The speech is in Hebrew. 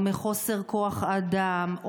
או מחוסר כוח אדם,